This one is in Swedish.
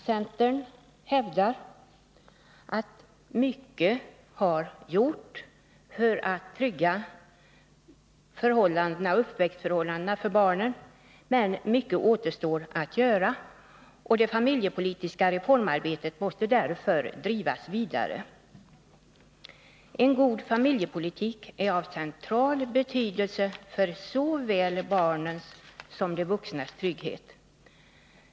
Centern hävdar att mycket har gjorts för att trygga uppväxtförhållandena för barnen, men mycket återstår att göra, och det familjepolitiska reformarbetet måste därför drivas vidare. En god familjepolitik är av central betydelse för såväl barnens som de vuxnas trygghet.